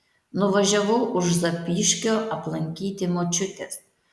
nuvažiavau už zapyškio aplankyti močiutės